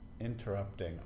interrupting